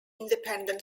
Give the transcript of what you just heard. independent